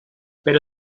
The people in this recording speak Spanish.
pero